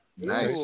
Nice